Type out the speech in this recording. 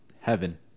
heaven